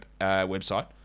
website